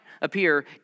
appear